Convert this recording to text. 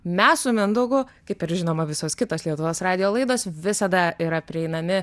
mes su mindaugu kaip ir žinoma visos kitos lietuvos radijo laidos visada yra prieinami